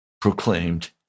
proclaimed